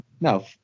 No